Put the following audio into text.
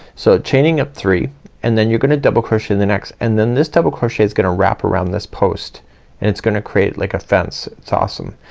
so chaining up three and then you're gonna double crochet in the next and then this double crochet's gonna wrap around this post and it's gonna create it like a fence. it's awesome.